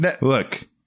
look